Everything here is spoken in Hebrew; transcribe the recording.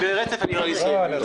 דבריו.